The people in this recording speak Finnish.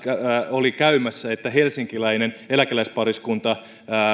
oli käymässä että helsinkiläinen eläkeläispariskunta